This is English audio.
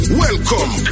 welcome